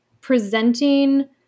presenting